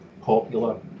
popular